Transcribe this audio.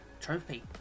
Trophy